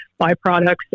byproducts